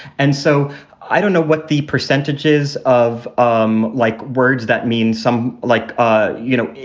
and so i don't know what the percentages of um like words that mean. some like, ah you know,